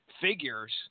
figures